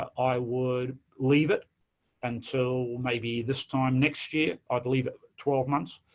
i would leave it until maybe this time next year, i believe twelve months,